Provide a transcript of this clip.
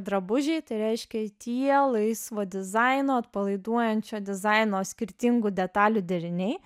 drabužiai tai reiškia tie laisvo dizaino atpalaiduojančio dizaino skirtingų detalių deriniai